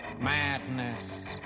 madness